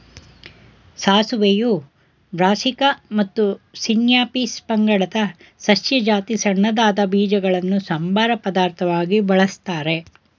ಸಾಸಿವೆಯು Brassica ಮತ್ತು Sinapis ಪಂಗಡದ ಸಸ್ಯ ಜಾತಿ ಸಣ್ಣದಾದ ಬೀಜಗಳನ್ನು ಸಂಬಾರ ಪದಾರ್ಥವಾಗಿ ಬಳಸ್ತಾರೆ